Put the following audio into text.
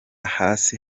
hasi